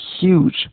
huge